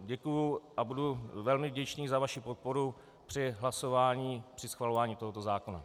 děkuji a budu velmi vděčný za vaši podporu při hlasování, při schvalování tohoto zákona.